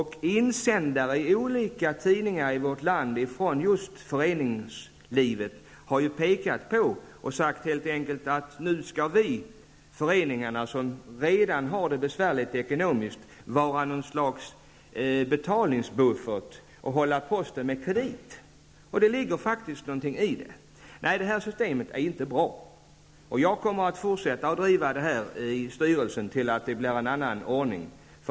I insändare i olika tidningar i vårt land från föreningslivet har man sagt: Nu skall vi föreningar som redan har det besvärligt ekonomiskt vara något slags betalningsbuffert och hålla posten med kredit. Det ligger faktiskt någonting i det. Nej, det här systemet är inte bra. Jag kommer att fortsätta att driva frågan i styrelsen till dess det blir en annan ordning.